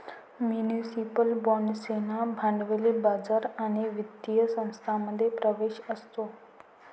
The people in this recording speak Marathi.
म्युनिसिपल बाँड्सना भांडवली बाजार आणि वित्तीय संस्थांमध्ये प्रवेश असतो